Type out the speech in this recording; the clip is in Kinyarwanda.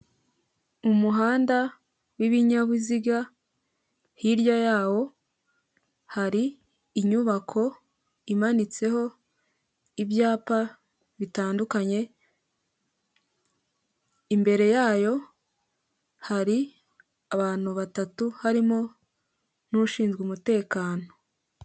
Umuhada w'ibinyabiziga hirya yawo hari inyubako imanitseho ibyapa bitandukanye, imbere yayo hari abantu batatu harimo n'ushinzwe umutekano.